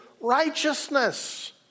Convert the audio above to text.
righteousness